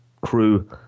crew